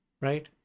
right